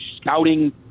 scouting